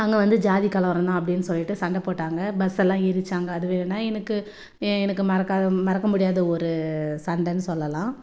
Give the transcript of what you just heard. அங்கே வந்து ஜாதி கலவரம் தான் அப்படின்னு சொல்லிவிட்டு சண்டை போட்டாங்க பஸ் எல்லாம் எரித்தாங்க அது வேணுனா எனக்கு எனக்கு மறக்காத மறக்கமுடியாத ஒரு சண்டைன்னு சொல்லலாம்